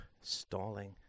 stalling